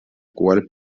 qual